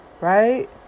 right